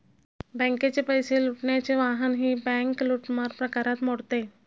बँकेचे पैसे लुटण्याचे वाहनही बँक लूटमार प्रकारात मोडते